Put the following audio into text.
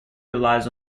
relies